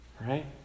Right